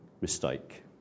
mistake